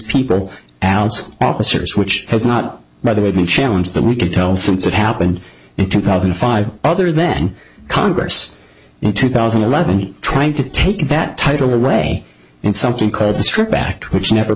people als officers which has not by the way been challenge that we can tell since it happened in two thousand and five other than congress in two thousand and eleven trying to take that title away and something called the strip back which never